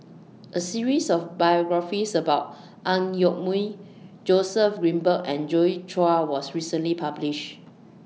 A series of biographies about Ang Yoke Mooi Joseph Grimberg and Joi Chua was recently published